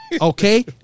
okay